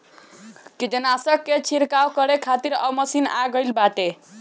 कीटनाशक के छिड़काव करे खातिर अब मशीन आ गईल बाटे